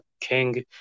King